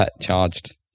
charged